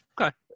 Okay